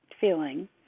feeling